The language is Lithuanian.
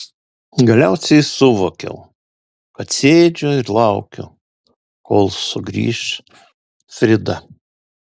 galiausiai suvokiau kad sėdžiu ir laukiu kol sugrįš frida